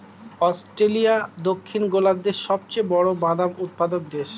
Australia দক্ষিণ গোলার্ধের সবচেয়ে বড় বাদাম উৎপাদক দেশ